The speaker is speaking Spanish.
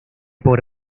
por